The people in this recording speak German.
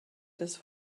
des